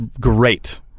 great